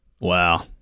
Wow